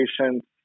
patients